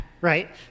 right